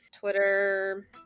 Twitter